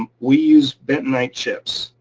we use bentonite chips,